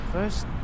First